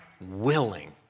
willing